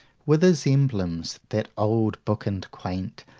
wither's emblems, that old book and quaint,